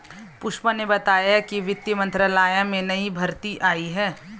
पुष्पा ने बताया कि वित्त मंत्रालय में नई भर्ती आई है